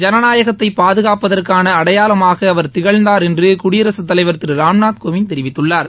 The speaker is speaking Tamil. ஜனநாயகத்தை பாதுகாப்பதற்கான அடையாளமாக அவர் திகழ்ந்தார் என்று குடியரசுத் தலைவர் திரு ராம்நாத் கோவிந்த் தெரிவித்துள்ளார்